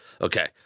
Okay